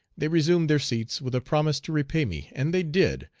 they resumed their seats with a promise to repay me, and they did,